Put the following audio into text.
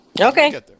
Okay